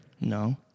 No